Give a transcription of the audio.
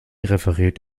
referiert